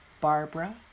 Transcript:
Barbara